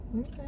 okay